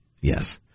yes